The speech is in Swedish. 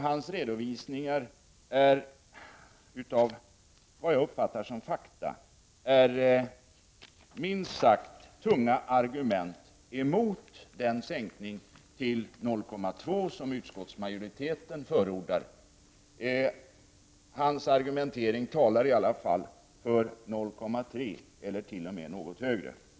Hans redovisningar av vad jag uppfattar som fakta är minst sagt tunga argument emot den sänkning till 0,2 Zoo som utskottsmajoriteten förordar. Hans argumentering talar i alla fall för 0,3 900 eller något högre tal.